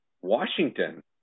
Washington